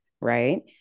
right